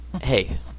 Hey